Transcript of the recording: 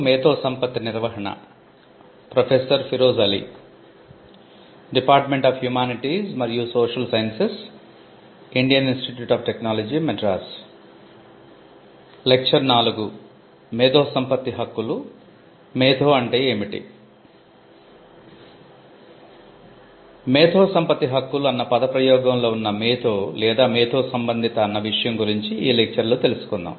మేధోసంపత్తి హక్కులు అన్న పద ప్రయోగంలో ఉన్న 'మేధో' లేదా 'మేధో సంబంధిత' అన్న విషయం గురించి ఈ లెక్చర్ లో తెలుసుకుందాం